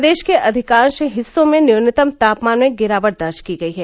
प्रदेश के अधिकांश हिस्सों में न्यूनतम तापमान में गिरावट दर्ज की गयी है